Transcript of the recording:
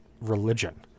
religion